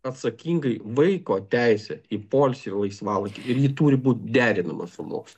atsakingai vaiko teisę į poilsį ir laisvalaikį ir ji turi būt derinama su mokslu